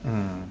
mm